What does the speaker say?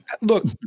Look